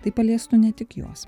tai paliestų ne tik juos